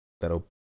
that'll